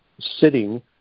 sitting